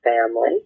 Family